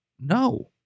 No